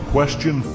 Question